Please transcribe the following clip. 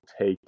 take